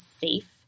safe